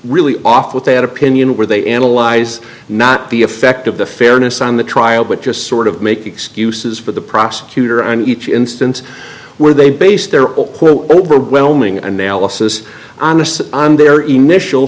really off with that opinion where they analyze not the effect of the fairness on the trial but just sort of make excuses for the prosecutor on each instance where they based their own overwhelming analysis and their initial